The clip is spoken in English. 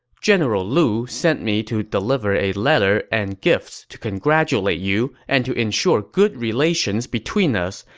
general lu sent me to deliver a letter and gifts to congratulate you and to ensure good relations between us.